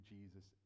Jesus